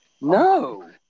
No